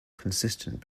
consistent